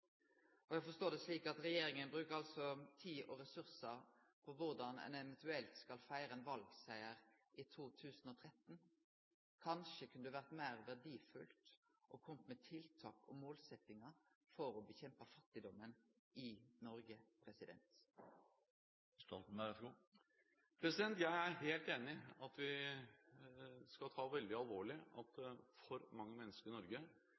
fattigdommen. Eg forstår det slik at regjeringa brukar tid og ressursar på korleis ein eventuelt skal feire ein valsiger i 2013. Kanskje kunne det vere meir verdifullt å kome med tiltak og målsettingar for å nedkjempe fattigdommen i Noreg. Jeg er helt enig i at vi skal ta veldig alvorlig at for mange mennesker i Norge lever med det